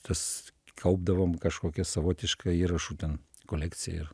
tas kaupdavom kažkokią savotišką įrašų ten kolekciją ir